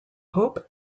hope